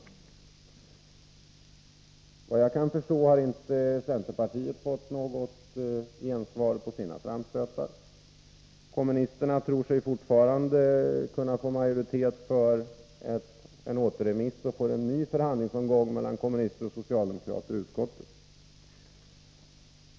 Såvitt jag kan förstå har inte centerpartiet fått något gensvar för sina framstötar. Kommunisterna tror sig fortfarande kunna få majoritet för kravet på återremiss och därmed en ny förhandlingsomgång mellan kommunister och socialdemokrater i utskottet.